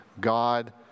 God